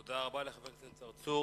תודה רבה לחבר הכנסת צרצור.